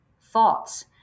thoughts